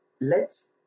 lets